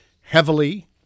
heavily